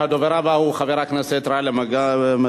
הדובר הבא הוא חבר הכנסת גאלב מג'אדלה.